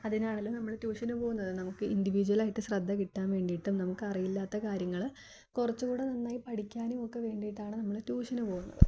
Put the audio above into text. അതിനാണല്ലോ നമ്മൾ ട്യൂഷനു പോകുന്നത് നമുക്ക് ഇൻറിവിജ്ജ്വലായിട്ട് ശ്രദ്ധ കിട്ടാൻ വേണ്ടിയിട്ടും നമുക്ക് അറിയില്ലാത്ത കാര്യങ്ങൾ കുറച്ചു കൂടി നന്നായി പഠിക്കാനും ഒക്കെ വേണ്ടിയിട്ടാണ് നമ്മൾ ട്യൂഷനു പോകുന്നത്